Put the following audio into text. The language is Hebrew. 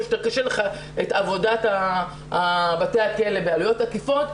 את עבודת בתי הכלא בעלויות עקיפות,